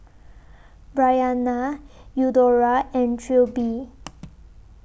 Bryanna Eudora and Trilby